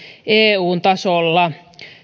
eun tasolla